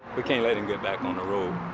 we can't let him get back on the road.